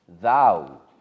Thou